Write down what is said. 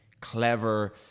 clever